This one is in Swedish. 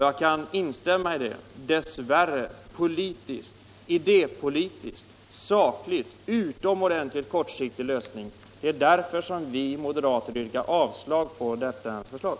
Jag kan instämma i det. Idépolitiskt och sakligt är det en utomordentligt kortsiktig lösning. Det är därför vi moderater yrkar avslag på detta förslag.